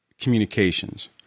communications